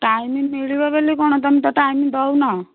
time ମିଳିବ ବୋଲି କ'ଣ ତୁମେ ତ ଟାଇମ୍ ଦେଉନ